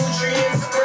nutrients